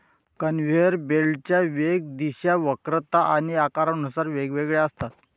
conveyor बेल्टच्या वेग, दिशा, वक्रता आणि आकारानुसार वेगवेगळ्या असतात